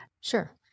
sure